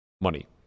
money